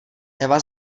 eva